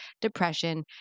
depression